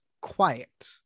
quiet